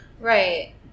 Right